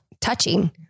Touching